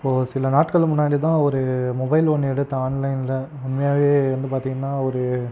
ஒரு சில நாட்கள் முன்னாடி தான் ஒரு மொபைல் ஒன்று எடுத்தோம் ஆன்லைனில் உண்மையாகவே வந்து பார்த்திங்கனா ஒரு